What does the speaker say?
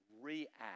react